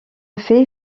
fait